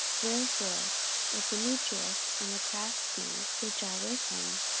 wherefore if demetrius, and the craftsmen which are with him,